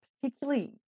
particularly